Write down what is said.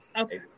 Okay